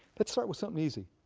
lets start with something easy,